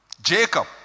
Jacob